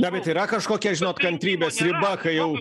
na bet yra kažkokia žinot kantrybės riba kai jau